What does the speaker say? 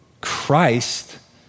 Christ